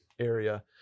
area